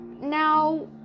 Now